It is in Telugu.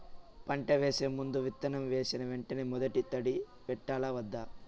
పంట వేసే ముందు, విత్తనం వేసిన వెంటనే మొదటి తడి పెట్టాలా వద్దా?